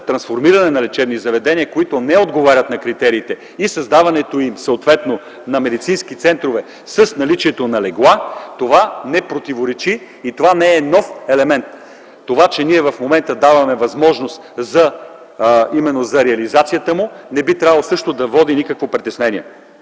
трансформиране на лечебни заведения, които не отговарят на критериите, и създаването съответно на медицински центрове с наличието на легла, това не противоречи и не е нов елемент. Това, че в момента даваме възможност за реализацията му, не би трябвало да води до никакво притеснение.